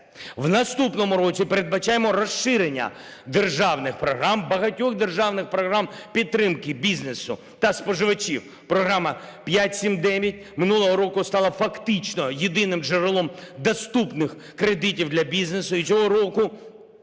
В наступному році передбачаємо розширення державних програм, багатьох державних програм підтримки бізнесу та споживачів. Програма "5-7-9" минулого року стала фактично єдиним джерелом доступних кредитів для бізнесу. І цього року